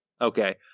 Okay